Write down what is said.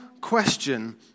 question